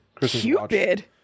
Cupid